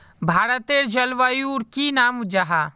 भारतेर जलवायुर की नाम जाहा?